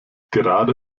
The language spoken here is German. gerade